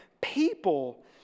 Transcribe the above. people